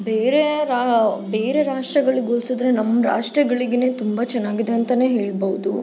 ಬೇರೆ ರಾ ಬೇರೆ ರಾಷ್ಟ್ರಗಳಿಗೆ ಹೋಲ್ಸುದ್ರೆ ನಮ್ಮ ರಾಷ್ಟ್ರಗಳಿಗೇ ತುಂಬ ಚೆನ್ನಾಗಿದೆ ಅಂತನೇ ಹೇಳ್ಬೌದು